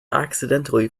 accidentally